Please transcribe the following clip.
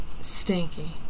stinky